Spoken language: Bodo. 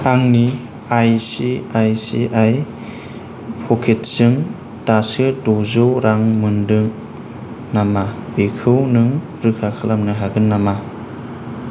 आंनि आइ सि आइ सि आइ प'केट्सजों दासो द'जौ रां मोनदों नामा बेखौ नों रोखा खालामनो हागोन नामा